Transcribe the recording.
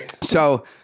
So-